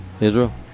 Israel